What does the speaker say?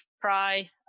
try